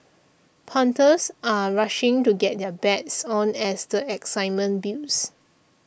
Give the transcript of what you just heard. punters are rushing to get their bets on as the excitement builds